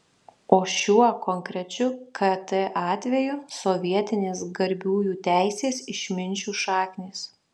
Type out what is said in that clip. o šiuo konkrečiu kt atveju sovietinės garbiųjų teisės išminčių šaknys